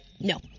No